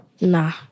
Nah